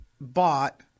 bought